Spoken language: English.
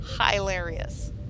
hilarious